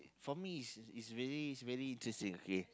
for me it's it's very it's very interesting okay